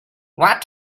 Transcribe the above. what